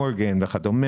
מורגן וכדומה